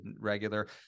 regular